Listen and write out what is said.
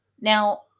Now